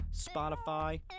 Spotify